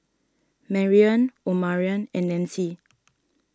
Marrion Omarion and Nanci